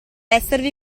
esservi